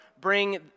bring